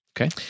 Okay